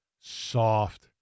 Soft